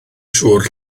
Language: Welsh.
siŵr